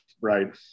right